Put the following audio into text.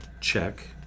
check